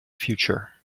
future